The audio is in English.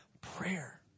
prayer